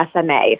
SMA